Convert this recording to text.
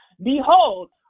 Behold